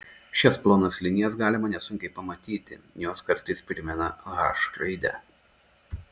šias plonas linijas galima nesunkiai pamatyti jos kartais primena h raidę